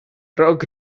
rock